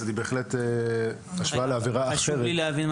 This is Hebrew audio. היא בהחלט השוואה --- חשוב לי להבין,